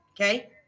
Okay